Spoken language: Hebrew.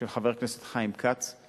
של חבר הכנסת חיים כץ,